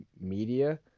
media